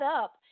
up